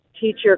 Teacher